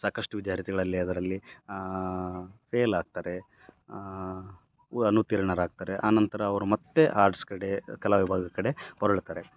ಸಾಕಷ್ಟು ವಿದ್ಯಾರ್ಥಿಗಳಲ್ಲಿ ಅದರಲ್ಲಿ ಫೇಲ್ ಆಗ್ತಾರೆ ವ ಅನುತ್ತೀರ್ಣರಾಗ್ತಾರೆ ಆ ನಂತರ ಅವ್ರು ಮತ್ತೆ ಆರ್ಟ್ಸ್ ಕಡೆ ಕಲಾ ವಿಭಾಗದ ಕಡೆ ಹೊರಳ್ತಾರೆ